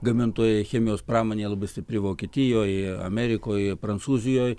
gamintojai chemijos pramonė labai stipri vokietijoj amerikoj prancūzijoj